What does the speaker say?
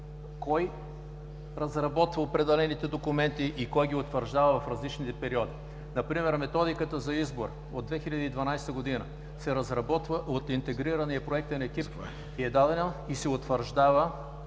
кой разработва определените документи и кой ги утвърждава в различните периоди. Например Методиката за избор от 2012 г. се разработва от интегрирания проектен екип и се утвърждава